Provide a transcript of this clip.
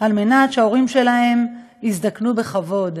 כדי שההורים שלהם יזדקנו בכבוד,